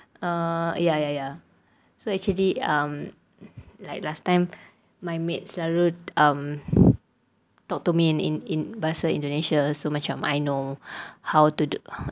uh ya ya ya so actually um like last time my maid selalu um talk to me in in bahasa indonesia macam I know how to~ ya how to speak ya hmm